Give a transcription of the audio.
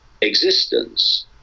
existence